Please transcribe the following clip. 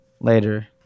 later